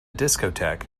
discotheque